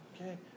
okay